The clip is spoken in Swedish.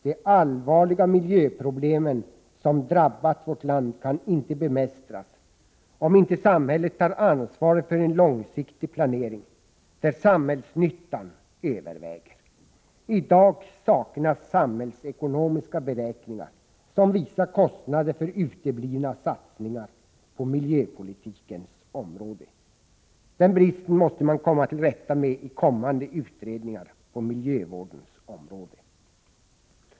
De allvarliga miljöproblem som drabbat vårt land kan inte bemästras om inte samhället tar ansvar för en långsiktig planering där samhällsnyttan överväger. I dag saknas samhällsekonomiska beräkningar som visar kostnader för uteblivna satsningar på miljöpolitikens område. Den bristen måste man komma till rätta med i kommande utredningar på miljövårdens område.